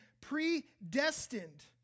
predestined